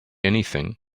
anything